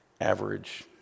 average